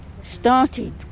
started